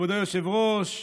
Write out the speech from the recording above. מכובדי היושב-ראש,